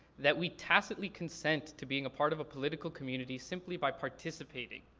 that we tacitly consent to being a part of a political community simply by participating.